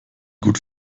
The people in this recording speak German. gut